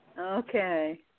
Okay